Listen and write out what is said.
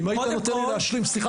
סליחה